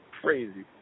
crazy